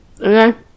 Okay